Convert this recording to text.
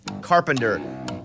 Carpenter